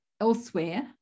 elsewhere